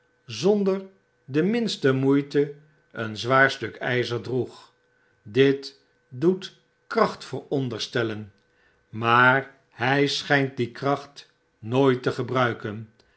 zonder de minste moeite een zwaar stuk yzer droeg dit doet kracht veronderstellen maar hy schjnt die kracht nooit te gebruiken